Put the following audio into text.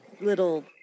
little